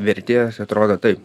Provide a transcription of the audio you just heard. vertėjas atrodo taip